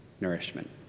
nourishment